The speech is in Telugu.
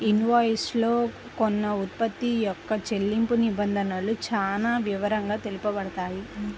ఇన్వాయిస్ లో కొన్న ఉత్పత్తి యొక్క చెల్లింపు నిబంధనలు చానా వివరంగా తెలుపబడతాయి